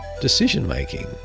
decision-making